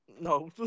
No